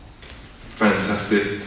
Fantastic